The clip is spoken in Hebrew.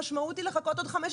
המשמעות היא לחכות עוד 15,